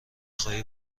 خواهی